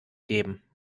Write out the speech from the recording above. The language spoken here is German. geben